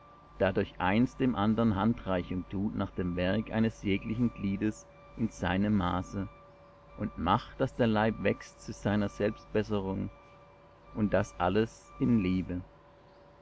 dadurch eins dem andern handreichung tut nach dem werk eines jeglichen gliedes in seinem maße und macht daß der leib wächst zu seiner selbst besserung und das alles in liebe